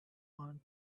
found